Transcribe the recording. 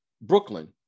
Brooklyn